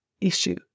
issue